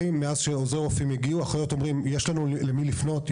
מאז שעוזרי רופאים הגיעו האחיות אומרות: יש לנו למי לפנות,